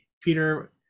Peter